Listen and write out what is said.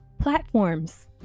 platforms